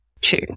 two